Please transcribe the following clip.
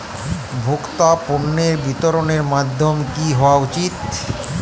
ভোক্তা পণ্যের বিতরণের মাধ্যম কী হওয়া উচিৎ?